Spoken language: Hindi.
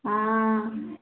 हाँ